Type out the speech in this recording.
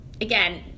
again